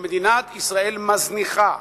שמדינת ישראל מזניחה